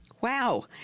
Wow